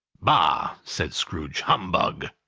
bah! said scrooge, humbug!